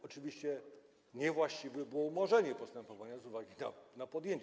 Oczywiście niewłaściwe było umorzenie postępowania z uwagi na podjęcie.